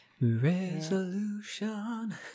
Resolution